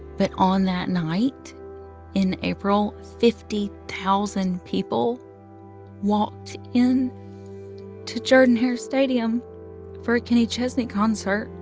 but on that night in april, fifty thousand people walked in to jordan-hare stadium for a kenny chesney concert.